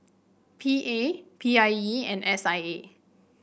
P A P I E and S I A